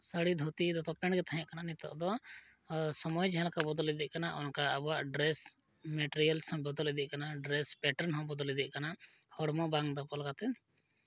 ᱥᱟᱹᱲᱤ ᱫᱷᱩᱛᱤ ᱫᱚᱛᱚ ᱯᱮᱱᱴᱜᱮ ᱛᱟᱦᱮᱸ ᱠᱟᱱᱟ ᱱᱤᱛᱳᱜ ᱫᱚ ᱥᱚᱢᱚᱭ ᱡᱟᱦᱟᱸᱞᱮᱠᱟ ᱵᱚᱫᱚᱞ ᱤᱫᱤᱜ ᱠᱟᱱᱟ ᱚᱱᱠᱟ ᱟᱵᱚᱣᱟᱜ ᱰᱨᱮᱥ ᱢᱮᱴᱮᱨᱤᱭᱟᱞᱥ ᱦᱚᱸ ᱵᱚᱫᱚᱞ ᱤᱫᱤᱜ ᱠᱟᱱᱟ ᱰᱨᱮᱥ ᱯᱮᱴᱟᱱ ᱦᱚᱸ ᱵᱚᱫᱚᱞ ᱤᱫᱤᱜ ᱠᱟᱱᱟ ᱦᱚᱲᱢᱚ ᱵᱟᱝ ᱫᱟᱯᱟᱞ ᱠᱟᱛᱮᱫ